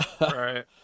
Right